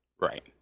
right